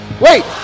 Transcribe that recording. wait